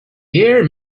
hear